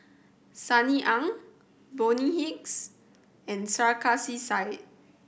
Sunny Ang Bonny Hicks and Sarkasi Said